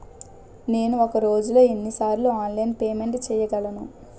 నేను ఒక రోజులో ఎన్ని సార్లు ఆన్లైన్ పేమెంట్ చేయగలను?